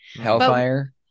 Hellfire